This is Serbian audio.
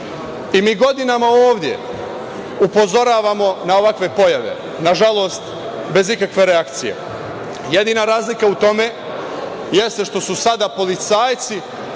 i mi godinama ovde upozoravamo na ovakve pojave, nažalost, bez ikakve reakcije. Jedina razlika u tome jeste što su sada policajci